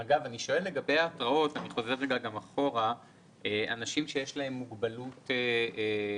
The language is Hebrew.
אני שואל לגבי ההתרעות אנשים שיש להם מוגבלות כלשהי,